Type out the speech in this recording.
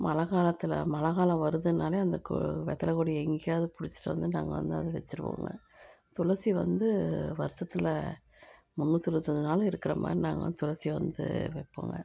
மழைக்காலத்துல மழை காலம் வருதுன்னாலே அந்த கொ வெத்தலைக்கொடி எங்கேயாவது பிடுச்சிட்டு வந்து நாங்கள் வந்து அதை வச்சுருவோங்க துளசி வந்து வருஷத்தில் முன்னூற்றி அறுபத்தஞ்சு நாளும் இருக்குறமாதிரி நாங்கள் வந்து துளசியை வந்து வைப்போங்க